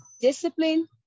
discipline